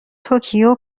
توکیو